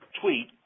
tweet